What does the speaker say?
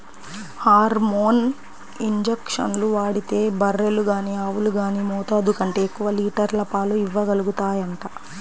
hormone ఇంజక్షన్లు వాడితే బర్రెలు గానీ ఆవులు గానీ మోతాదు కంటే ఎక్కువ లీటర్ల పాలు ఇవ్వగలుగుతాయంట